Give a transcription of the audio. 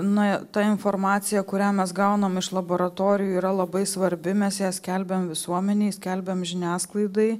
na ta informacija kurią mes gaunam iš laboratorijų yra labai svarbi mes ją skelbiam visuomenei skelbiam žiniasklaidai